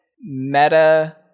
meta